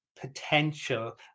potential